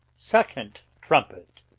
second trumpet.